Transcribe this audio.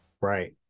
Right